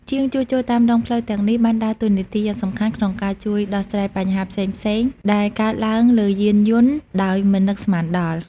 ជាងជួសជុលតាមដងផ្លូវទាំងនេះបានដើរតួនាទីយ៉ាងសំខាន់ក្នុងការជួយដោះស្រាយបញ្ហាផ្សេងៗដែលកើតឡើងលើយានយន្តដោយមិននឹកស្មានដល់។